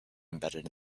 embedded